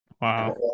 Wow